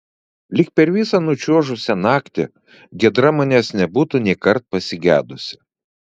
lyg per visą nučiuožusią naktį giedra manęs nebūtų nėkart pasigedusi